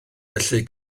felly